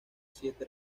siete